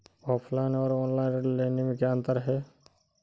Offline और online ऋण लेने में क्या अंतर है?